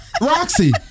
Roxy